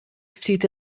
ftit